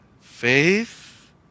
faith